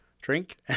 drink